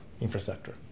infrastructure